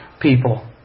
people